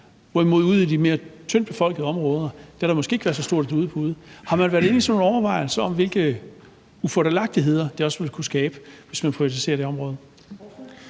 hvorimod der ude i de mere tyndt befolkede områder måske ikke ville være så stort et udbud? Har man været inde i sådan nogle overvejelser om, hvilke ufordelagtigheder det også ville kunne skabe, hvis man privatiserer det område?